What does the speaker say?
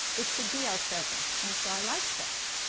it should be our present and so i like that.